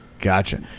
Gotcha